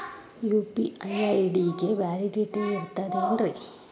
UPI ID ಗೆ validity ಇರತದ ಏನ್ರಿ?